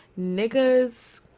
niggas